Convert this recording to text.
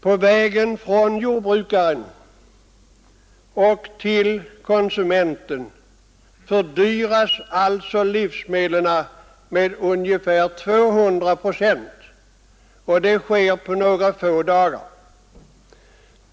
På vägen från jordbrukaren till konsumenten fördyras alltså livsmedlen med ungefär 200 procent, och det sker på några få dagar.